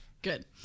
Good